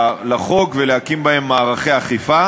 החוק ולהפוך את הוראת השעה להוראת קבע.